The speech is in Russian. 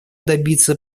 добиться